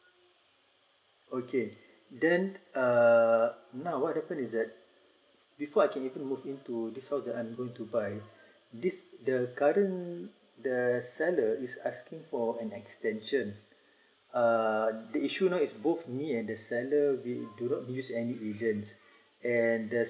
okay then uh now what happen is that before I can even move in to this house that I'm going to buy this the garden the seller is asking for an extension uh they should know it's both me and the seller we do not use any agents and there's